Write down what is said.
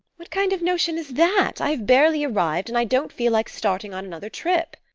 what kind of notion is that? i have barely arrived and i don't feel like starting on another trip.